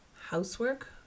housework